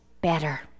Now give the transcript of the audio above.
better